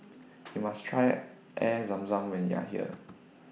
YOU must Try Air Zam Zam when YOU Are here